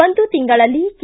ಒಂದು ತಿಂಗಳಲ್ಲಿ ಕೆ